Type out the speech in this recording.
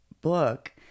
book